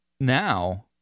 now